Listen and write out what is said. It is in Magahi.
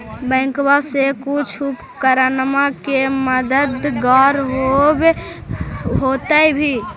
बैंकबा से कुछ उपकरणमा के मददगार होब होतै भी?